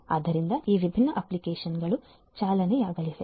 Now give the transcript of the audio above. ಆದ್ದರಿಂದ ಈ ವಿಭಿನ್ನ ಅಪ್ಲಿಕೇಶನ್ಗಳು ಚಾಲನೆಯಾಗಲಿವೆ